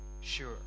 sure